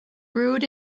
brewed